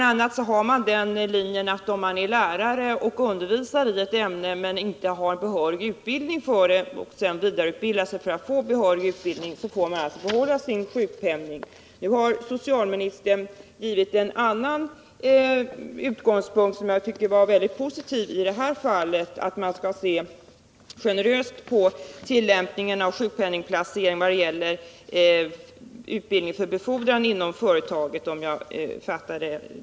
a. finns den regeln att en lärare som undervisar i ett ämne men inte har utbildning som ger behörighet och som sedan vidareutbildar sig för att få behörighet får behålla sin sjukpenning. Nu har socialministern gett en annan riktlinje, som jag tycker var mycket positiv, nämligen att man skall vara generös vid tillämpningen av reglerna för sjukpenningplacering vad gäller utbildning för befordran inom ett företag.